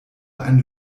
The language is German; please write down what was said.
ein